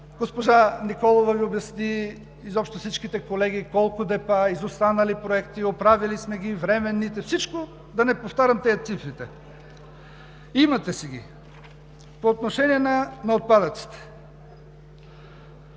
Госпожа Николова Ви обясни, изобщо всичките колеги, колко депа, изостанали проекти, оправили сме ги, временните – всичко, да не повтарям тези цифри. Имате си ги. По отношение на отпадъците.